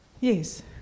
Yes